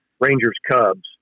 Rangers-Cubs